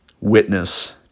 witness